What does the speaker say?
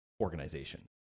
organization